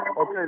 okay